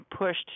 pushed